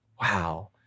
Wow